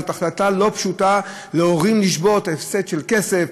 זאת החלטה לא פשוטה להורים לשבות זה הפסד של כסף,